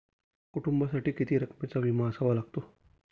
कुटुंबासाठी किती रकमेचा विमा असावा लागतो?